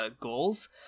goals